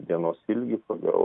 dienos ilgi pagal